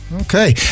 Okay